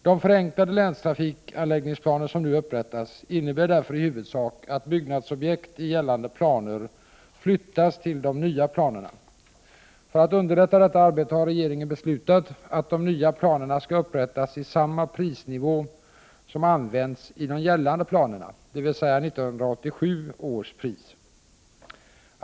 De förenklade länstrafikanläggningsplaner som nu upprättas innebär därför i huvudsak att byggnadsobjekt i gällande planer flyttas till de nya planerna. För att underlätta detta arbete har regeringen beslutat att de nya planerna skall upprättas i samma prisnivå som använts i de gällande planerna, dvs. i 1987 års pris.